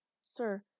Sir